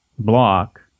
block